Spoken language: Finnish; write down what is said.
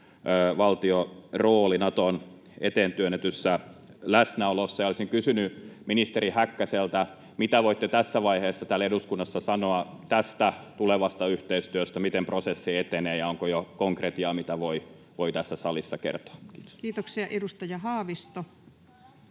kehysvaltiorooli Naton eteentyönnetyssä läsnäolossa. Olisin kysynyt ministeri Häkkäseltä: Mitä voitte tässä vaiheessa täällä eduskunnassa sanoa tästä tulevasta yhteistyöstä? Miten prosessi etenee, ja onko jo konkretiaa, mitä voi tässä salissa kertoa? — Kiitos. [Speech 93]